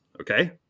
Okay